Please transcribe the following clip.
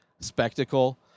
spectacle